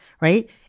right